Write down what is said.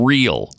Real